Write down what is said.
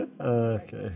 Okay